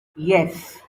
yes